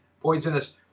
poisonous